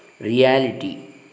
reality